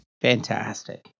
Fantastic